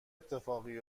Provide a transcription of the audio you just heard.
اتفاقی